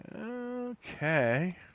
Okay